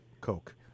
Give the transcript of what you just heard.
Coke